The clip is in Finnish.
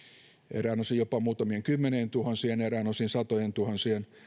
eräin osin jopa muutamien kymmenien tuhansien ja eräin osin satojentuhansien